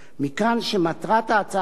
כפי שעולה מדברי ההסבר,